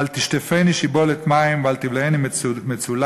אל תשטפני שִבֹלת מים ואל תבלעני מצולה",